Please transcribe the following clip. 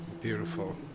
Beautiful